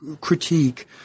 critique